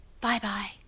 bye-bye